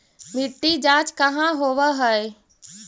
मिट्टी जाँच कहाँ होव है?